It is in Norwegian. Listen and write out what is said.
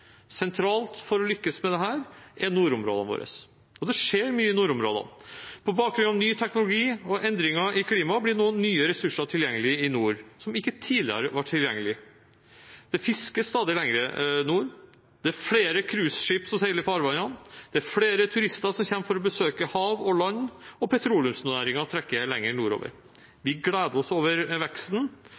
Sentralt for å lykkes med dette er nordområdene våre. Det skjer mye i nordområdene. På bakgrunn av ny teknologi og endringer i klimaet blir nå nye ressurser tilgjengelig i nord, som ikke tidligere var tilgjengelig. Det fiskes stadig lenger nord, det er flere cruiseskip som seiler i farvannene, det er flere turister som kommer for å besøke hav og land, og petroleumsnæringen trekker lenger nordover. Vi gleder oss over veksten,